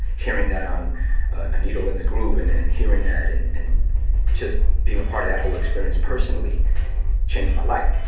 hearing that on a needle in the groove and and hearing that and and just being a part of that whole experience personally changed my life,